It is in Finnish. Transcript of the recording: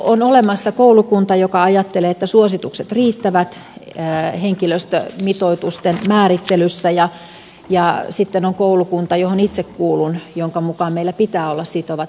on olemassa koulukunta joka ajattelee että suositukset riittävät henkilöstömitoitusten määrittelyssä ja sitten on koulukunta johon itse kuulun jonka mukaan meillä pitää olla sitovat henkilöstömitoitukset